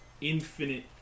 infinite